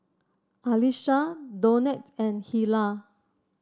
Alisha Donat and Hilah